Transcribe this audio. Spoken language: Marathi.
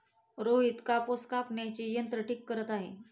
रोहित कापूस कापण्याचे यंत्र ठीक करत आहे